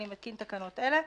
אני מתקין תקנות אלה: